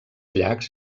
llacs